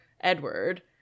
Edward